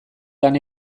lan